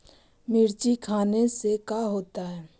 मिर्ची खाने से का होता है?